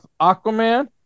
aquaman